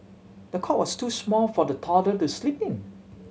the cot was too small for the toddler to sleep in